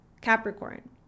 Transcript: Capricorn